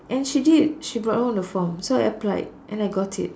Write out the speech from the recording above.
and she did so she brought home the form so I applied and I got it